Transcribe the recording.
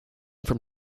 from